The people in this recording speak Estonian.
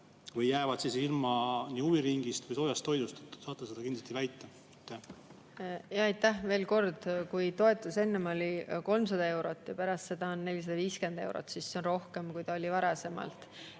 kes jäävad ilma huviringist või soojast toidust, saate te seda kindlasti väita? Aitäh! Veel kord: kui toetus enne oli 300 eurot ja pärast seda [muudatust] on 450 eurot, siis seda on rohkem, kui see oli varasemalt.